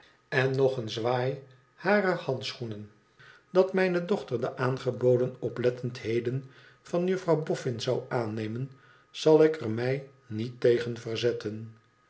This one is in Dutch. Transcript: en nog een zwaai harer handschoenen dat mijne dochter de aangeboden oplettendheden van juffrouw boffin zon aannemen zal ik er mij niet tegen verzetten